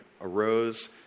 arose